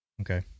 Okay